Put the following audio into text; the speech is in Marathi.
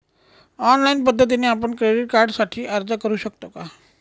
ऑनलाईन पद्धतीने आपण क्रेडिट कार्डसाठी अर्ज करु शकतो का?